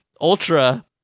Ultra